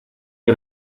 que